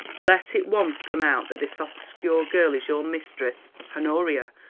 let it once come out that this obscure girl is your mistress honoria,